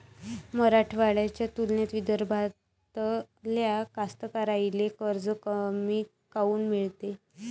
मराठवाड्याच्या तुलनेत विदर्भातल्या कास्तकाराइले कर्ज कमी काऊन मिळते?